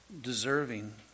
deserving